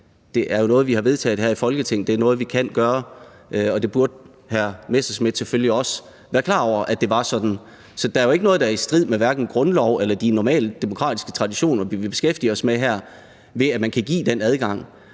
Det er jo noget, vi har vedtaget her i Folketinget. Det er noget, vi kan gøre, og hr. Morten Messerschmidt burde selvfølgelig også være klar over, at det var sådan. Så der er jo ikke noget, der er i strid med hverken grundlov eller de normale demokratiske traditioner, vi beskæftiger os med her, ved at man kan give den adgang.